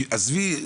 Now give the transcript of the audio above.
עזבי,